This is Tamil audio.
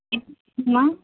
என்னங்கம்மா